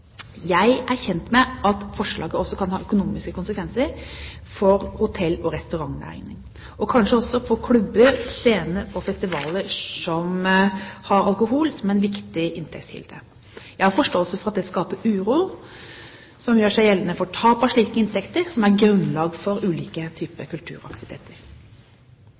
Jeg er kjent med at forslaget også kan ha økonomiske konsekvenser for hotell- og restaurantnæringen – og kanskje også for klubber, scener og festivaler som har alkohol som en viktig inntektskilde. Jeg har forståelse for at det gjør seg gjeldende en uro ved tap av slike inntekter, som er grunnlaget for ulike typer kulturaktiviteter.